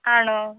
ആണോ